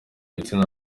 gitsina